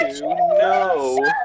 No